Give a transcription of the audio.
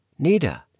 Nida